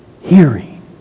Hearing